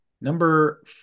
number